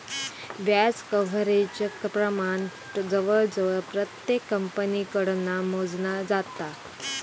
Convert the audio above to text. व्याज कव्हरेज प्रमाण जवळजवळ प्रत्येक कंपनीकडना मोजला जाता